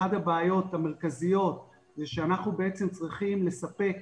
אחת הבעיות המרכזיות זה שאנחנו בעצם צריכים לספק